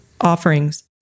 offerings